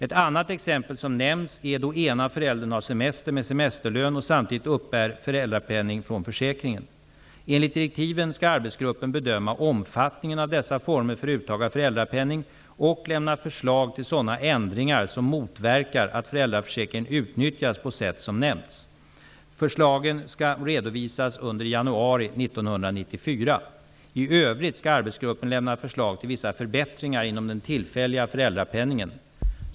Ett annat exempel som nämns är då ena föräldern har semester med semesterlön och samtidigt uppbär föräldrapenning från försäkringen. Enligt direktiven skall arbetsgruppen bedöma omfattningen av dessa former för uttag av föräldrapenning och lämna förslag till sådana ändringar som motverkar att föräldraförsäkringen utnyttjas på sätt som nämnts. Förslagen skall redovisas under januari 1994. I övrigt skall arbetsgruppen lämna förslag till vissa förbättringar inom den tillfälliga föräldrapenningen.